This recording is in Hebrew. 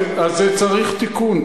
צריך לתקן.